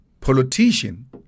politician